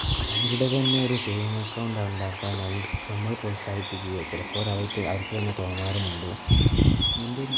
അവരുടെ തന്നെ ഒരു സേവിങ്ങ് അക്കൗണ്ട് ഉണ്ടാക്കാനായി നമ്മൾ പ്രോത്സാഹിപ്പിക്കുകയും ചിലപ്പോൾ അവർ അവർക്ക് തന്നെ തോന്നാറുമുണ്ട് ഇതിൻറ്റേയും